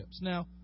Now